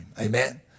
Amen